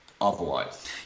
otherwise